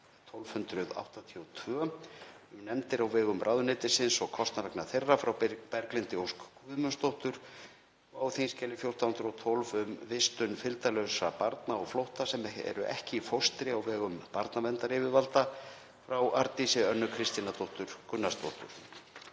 1282, um nefndir á vegum ráðuneytisins og kostnaður vegna þeirra, frá Berglindi Ósk Guðmundsdóttur, og á þskj. 1412, um vistun fylgdarlausra barna á flótta sem eru ekki í fóstri á vegum barnaverndaryfirvalda, frá Arndísi Önnu Kristínardóttur Gunnarsdóttur.